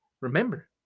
remember